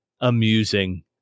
amusing